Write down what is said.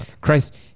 Christ